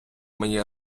мені